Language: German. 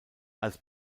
als